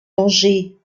danger